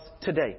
today